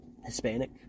Hispanic